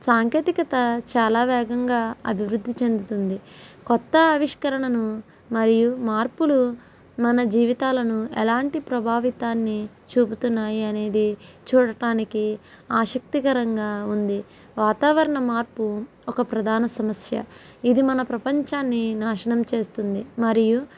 సాంకేతికత చాలా వేగంగా అభివృద్ధి చెందుతుంది కొత్త ఆవిష్కరణను మరియు మార్పులు మన జీవితాలను ఎలాంటి ప్రభావితాన్ని చూపుతున్నాయి అనేది చూడటానికి ఆసక్తికరంగా ఉంది వాతావరణ మార్పు ఒక ప్రధాన సమస్య ఇది మన ప్రపంచాన్ని నాశనం చేస్తుంది మరియు